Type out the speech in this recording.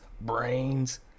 brains